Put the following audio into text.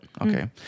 okay